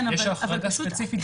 יש החרגה ספציפית.